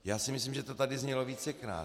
Já si myslím, že to tady znělo vícekrát.